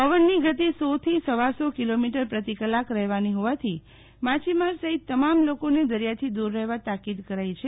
પવનની ગતિ સો થી સવાસો કિલોમીટર પ્રતિકલાક રહેવાની હોવાથી માછીમાર સહીત તમામ લોકોને દરિયાથી દુર રહેવા તાકીદ કરાઈ છે